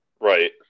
Right